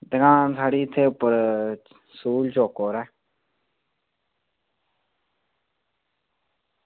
दुकान साढ़ी इत्थै उप्पर सूल चौके उप्पर ऐ